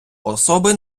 особи